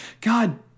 God